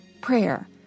prayer